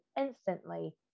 instantly